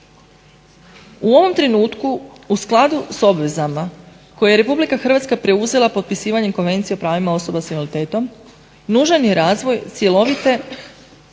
U ovom trenutku u skladu s obvezama koje je RH preuzela potpisivanje Konvencije o pravima osoba s invaliditetom nužan je razvoj cjelovite